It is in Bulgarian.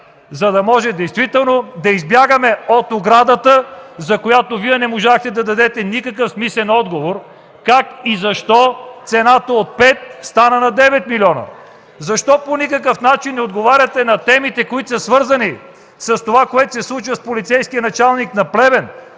за да може действително да избягаме от оградата, за която Вие не можахте да дадете никакъв смислен отговор как и защо цената от 5 стана на 9 милиона. Защо по никакъв начин не отговаряте на темите, които са свързани с това, което се случва с полицейския началник на Плевен